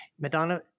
Madonna